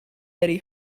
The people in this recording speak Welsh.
ydy